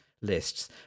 lists